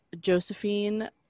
Josephine